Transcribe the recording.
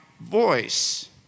voice